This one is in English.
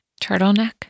Turtleneck